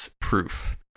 proof